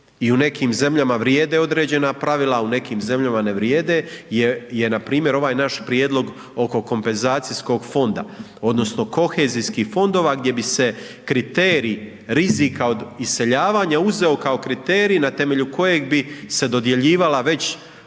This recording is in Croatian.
i u nekim zemljama vrijede određena pravila, a u nekim zemljama ne vrijede je npr. ovaj naš prijedlog oko kompenzacijskog fonda odnosno kohezijskih fondova gdje bi se kriterij rizika od iseljavanja uzeo kao kriterij na temelju kojeg bi se dodjeljivala već